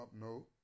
No